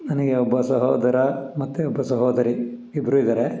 ನನಗೆ ಒಬ್ಬ ಸಹೋದರ ಮತ್ತು ಒಬ್ಬ ಸಹೋದರಿ ಇಬ್ಬರೂ ಇದ್ದಾರೆ